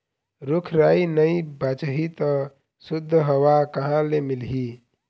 रूख राई नइ बाचही त सुद्ध हवा कहाँ ले मिलही